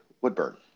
Woodburn